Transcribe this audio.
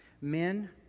men